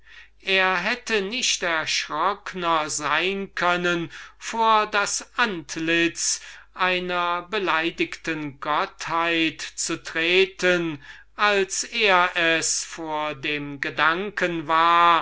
er hätte nicht erschrockner sein können vor das antlitz einer beleidigten gottheit zu treten als er es vor dem gedanken war